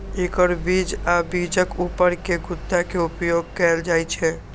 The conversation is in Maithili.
एकर बीज आ बीजक ऊपर के गुद्दा के उपयोग कैल जाइ छै